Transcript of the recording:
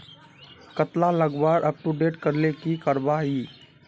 कतला लगवार अपटूडेट करले की करवा ई?